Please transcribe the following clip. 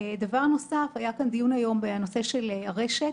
דבר נוסף: היה כאן דיון היום בנושא של הרשת.